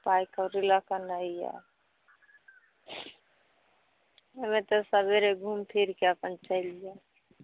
पाइ कौड़ी लऽ कऽ नहि आएब अएबै तऽ सबेरे घुमिफिरिके अपन चलि जाएब